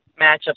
matchups